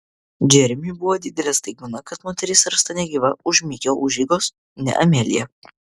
džeremiui buvo didelė staigmena kad moteris rasta negyva už mikio užeigos ne amelija